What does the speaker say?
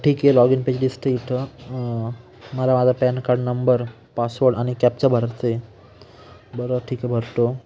ठीक आहे log in page दिसते इथं मला माझा पॅन कार्ड नंबर पासवर्ड आणि कॅपचा भरते बरं ठीक आहे भरतो